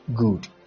Good